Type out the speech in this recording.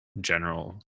general